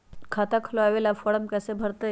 खाता खोलबाबे ला फरम कैसे भरतई?